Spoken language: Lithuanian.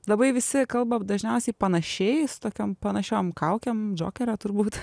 labai visi kalba dažniausiai panašiais tokiom panašiom kaukėm džokerio turbūt